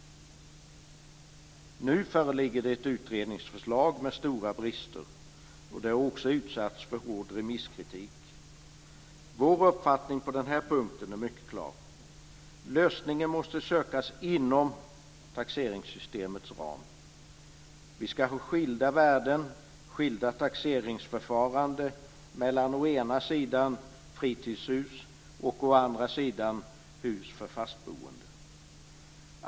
Nu föreligger ett utredningsförslag med stora brister. Det har också utsatts för hård remisskritik. Vår uppfattning på den punkten är mycket klar: Lösningen måste sökas inom taxeringssystemets ram. Vi ska ha skilda värden, skilda taxeringsförfaranden mellan å ena sidan fritidshus och å andra sidan hus för fastboende.